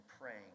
praying